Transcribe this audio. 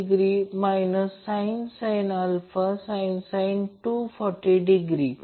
तर हे मग्निट्यूडनुसार Ip आहे